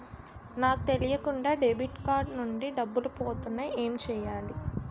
నాకు తెలియకుండా debit card నుంచి డబ్బులు పోతున్నాయి ఎం చెయ్యాలి?